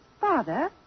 Father